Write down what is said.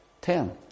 ten